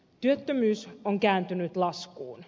työttömyys on kääntynyt laskuun